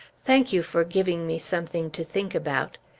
thank you for giving me something to think about.